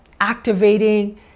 activating